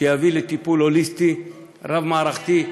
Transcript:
שיביא לטיפול הוליסטי רב-מערכתי,